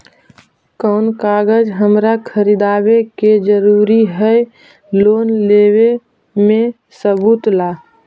कौन कागज हमरा दिखावे के जरूरी हई लोन लेवे में सबूत ला?